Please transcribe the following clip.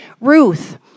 Ruth